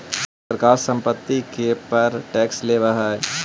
सरकार संपत्ति के पर टैक्स लेवऽ हई